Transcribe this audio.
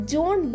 John